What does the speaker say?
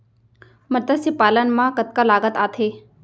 मतस्य पालन मा कतका लागत आथे?